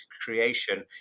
creation